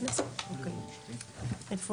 כשחיל